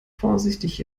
vorsichtig